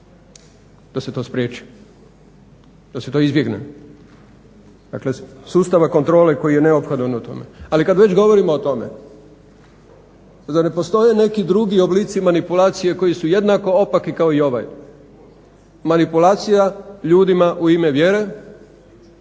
da se to spriječi, da se to izbjegne, dakle sustava kontrole koji je neophodan u tome. Ali kada već govorimo o tome zar ne postoje neki drugi oblici manipulacije koji su jednako opaki kao i ovaj? Manipulacija ljudima u ime vjere,